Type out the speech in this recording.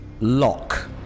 lock